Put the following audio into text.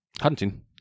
Hunting